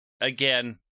Again